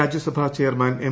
Rajya Sabha chairman M